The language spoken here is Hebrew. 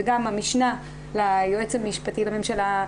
וגם המשנה ליועץ המשפטי לממשלה,